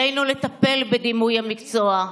עלינו לטפל בדימוי המקצוע.